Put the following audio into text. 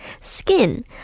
skin